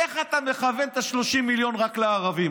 איך אתה מכוון את ה-30 מיליון רק לערבים?